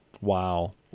Wow